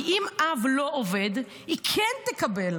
כי אם אב לא עובד אז היא כן תקבל.